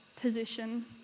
position